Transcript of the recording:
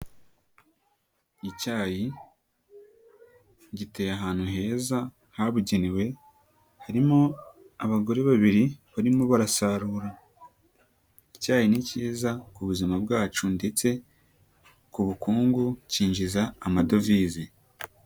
Icyayi giteye ahantu heza habugenewe harimo abagore babiri barimo barasarura. Icyayi ni kiza ku buzima bwacu ndetse ku bukungu kinjiza amadovize.